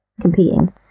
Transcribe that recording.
competing